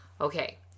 Okay